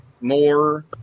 more